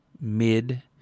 mid